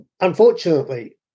unfortunately